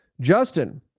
Justin